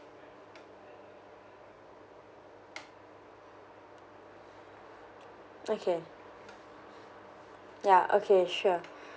okay ya okay sure